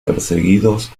perseguidos